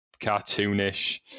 cartoonish